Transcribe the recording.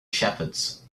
shepherds